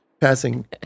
passing